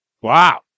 Wow